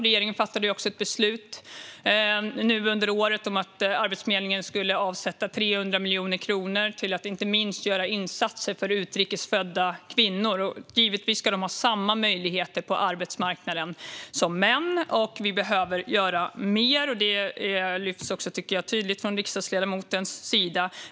Regeringen fattade ett beslut nu under året om att Arbetsförmedlingen skulle avsätta 300 miljoner kronor till att inte minst göra insatser för utrikes födda kvinnor. Givetvis ska de ha samma möjligheter på arbetsmarknaden som män, och vi behöver göra mer. Det tycker jag också lyfts tydligt från riksdagsledamotens sida.